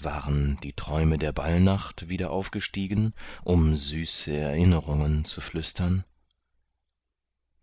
waren die träume der ballnacht wieder aufgestiegen um süße erinnerungen zu flüstern